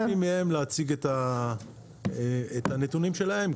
אנחנו מבקשים מהם גם להציג את הנתונים שלהם,